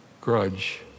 grudge